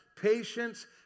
patience